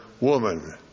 woman